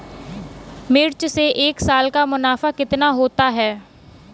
मिर्च से एक साल का मुनाफा कितना होता है?